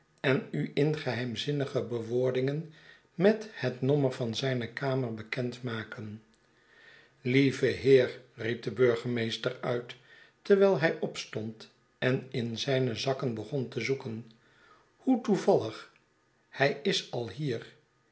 en u in geheimzinnige bewoordingen met het nommer van zijne kamer bekend maken lieve heer riep de burgemeester uit terwijl hij opstond en in zijne zakken begon te zoeken hoe toevallig hij is al hier